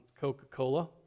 Coca-Cola